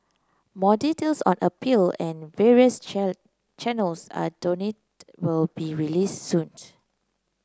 more details on appeal and various channels are donate will be released soon